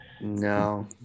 no